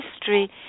history